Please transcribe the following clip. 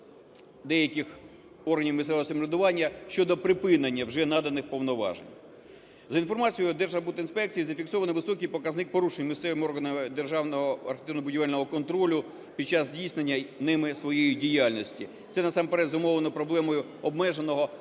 деяких органів місцевого самоврядування щодо припинення вже наданих повноважень. За інформацією Держархбудінспекції, зафіксовано високий показник порушень місцевими органами державного архітектурно-будівельного контролю під час здійснення ними своєї діяльності. Це насамперед зумовлено проблемою обмеженого кадрового